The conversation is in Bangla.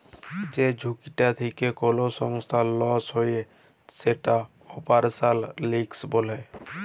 যে ঝুঁকিটা থেক্যে কোল সংস্থার লস হ্যয়ে যেটা অপারেশনাল রিস্ক বলে